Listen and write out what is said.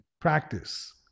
Practice